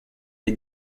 est